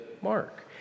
mark